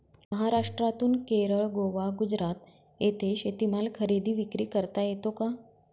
महाराष्ट्रातून केरळ, गोवा, गुजरात येथे शेतीमाल खरेदी विक्री करता येतो का?